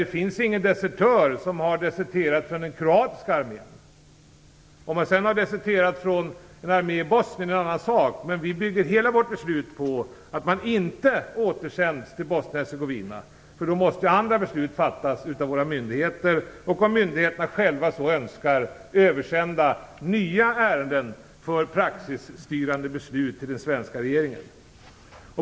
Det fanns inga personer som har deserterat från den kroatiska armén, om de sedan har deserterat från en armé i Bosnien är det en annan sak. Vi bygger hela vårt beslut på att personer inte skall sändas till Bosnien-Hercegovina. Då måste andra beslut fattas av våra myndigheter. Om myndigheterna själva så önskar skall nya ärenden för praxisstyrande beslut översändas till den svenska regeringen.